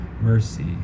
mercy